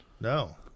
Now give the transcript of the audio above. No